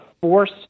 force